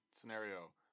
scenario